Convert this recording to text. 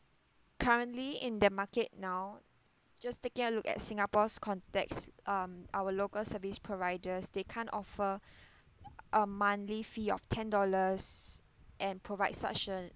currently in the market now just taking a look at singapore's context um our local service providers they can't offer a monthly fee of ten dollars and provide such an